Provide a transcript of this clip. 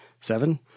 Seven